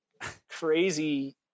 crazy